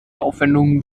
aufwendungen